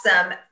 awesome